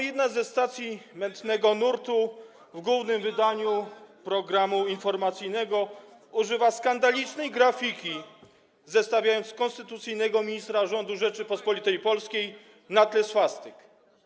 jedna ze stacji mętnego nurtu w głównym wydaniu programu informacyjnego używa skandalicznej grafiki, zestawiając konstytucyjnego ministra rządu Rzeczypospolitej Polskiej na tle swastyk.